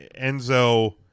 Enzo